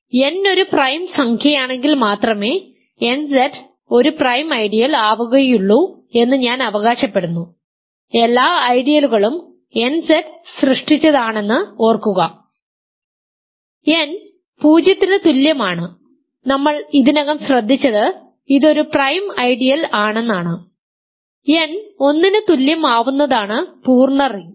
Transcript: അതിനാൽ n ഒരു prime സംഖ്യയാണെങ്കിൽ മാത്രമേ nZ ഒരു പ്രൈം ഐഡിയൽ ആവുകയുള്ളൂ എന്ന് ഞാൻ അവകാശപ്പെടുന്നു എല്ലാ ഐഡിയലുകളും nZ സൃഷ്ടിച്ചതാണെന്ന് ഓർക്കുക n 0 ന് തുല്യമാണ് നമ്മൾ ഇതിനകം ശ്രദ്ധിച്ചത് ഇത് ഒരു പ്രൈം ഐഡിയൽ ആണെന്നാണ് n 1 ന് തുല്യം ആവുന്നതാണ് പൂർണ്ണ റിംഗ്